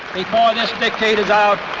before this decade is out,